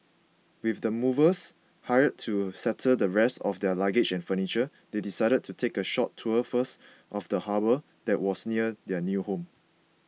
with the movers hired to settle the rest of their luggage and furniture they decided to take a short tour first of the harbour that was near their new home